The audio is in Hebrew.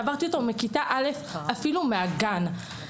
עברתי אותו מכיתה א' ואפילו מהגן.